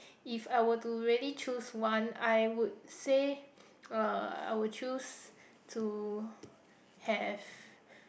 if I were to really choose one I would say uh I would choose to have